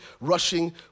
rushing